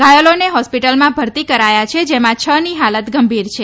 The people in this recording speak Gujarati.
ઘાથલોને હોસ્પીટલોમાં ભરતી કરાયા ગયા છે જેમાં છની હાલત ગંભીર છે